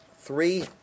three